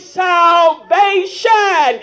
salvation